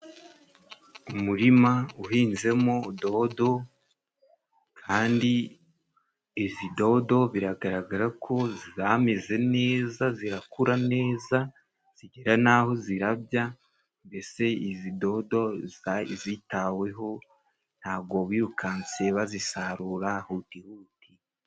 Umurima uhinzemo dodo kandi izi dodo biragaragara ko zameze neza zirakura neza zigera n'aho zirabya, mbese izi dodo zari zitaweho ntago birukanse bazisarura hutihuti.